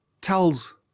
tells